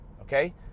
okay